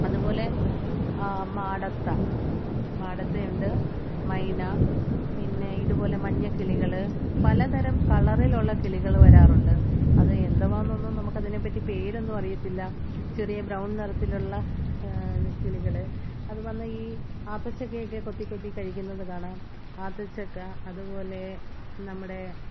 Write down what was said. അതുപോലെ ആ മാടത്ത മാടത്തയുണ്ട് മൈന പിന്നെ ഇതുപോലെ മഞ്ഞക്കിളികള് പലതരം കളറിലൊള്ള കിളികള് വരാറുണ്ട് അത് എന്തുവാന്നൊന്നും അതിനെപ്പറ്റി പേരൊന്നും അറിയത്തില്ല ചെറിയ ബ്രൗൺ നിറത്തിലൊള്ള കിളികള് അത് വന്ന് ഈ ആത്തച്ചക്കയൊക്കെ കൊത്തി കൊത്തി കഴിക്കുന്നത് കാണാം ആത്തച്ചക്ക അതുപോലെ നമ്മുടെ